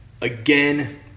Again